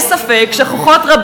אם תיקח את התפקיד שלך ברצינות,